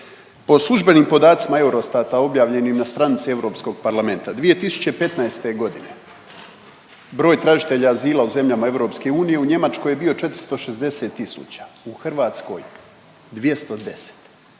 Po službenim podacima Eurostata objavljenim na stranicama EP-a, 2015. g. broj tražitelja azila u zemljama EU u Njemačkoj je bio 460 tisuća, u Hrvatskoj 210.